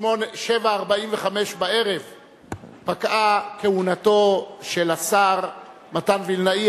19:45 פקעה כהונתו של השר מתן וילנאי,